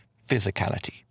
physicality